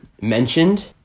mentioned